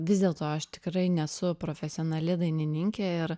vis dėlto aš tikrai nesu profesionali dainininkė ir